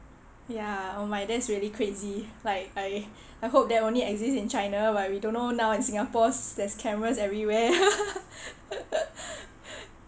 ya oh my that's really crazy like like I hope that only exists in china why we don't know now in Singapore's there's cameras everywhere